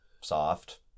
soft